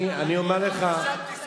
אני לא רואה פה תסכול.